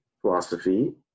philosophy